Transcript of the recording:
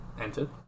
entered